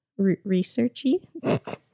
researchy